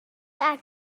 act